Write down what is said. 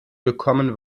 gekommen